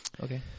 Okay